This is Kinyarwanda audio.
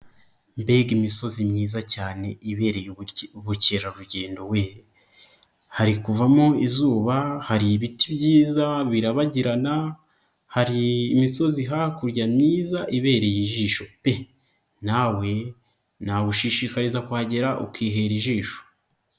Mbega imisozi myiza cyane ibereye ubukerarugendo we, hari kuvamo izuba, hari ibiti byiza birabagirana, hari imisozi hakurya myiza ibereye ijisho pe! Nawe nagushishikariza kuhagera ukihera ijisho.